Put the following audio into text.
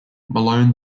malone